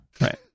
Right